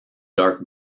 dark